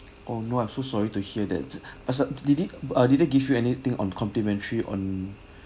oh no I'm so sorry to hear that so did he uh did they give you anything on complimentary on